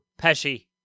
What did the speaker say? Pesci